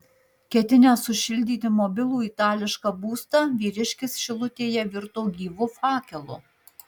ketinęs sušildyti mobilų itališką būstą vyriškis šilutėje virto gyvu fakelu